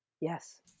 Yes